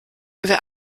wer